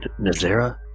Nazera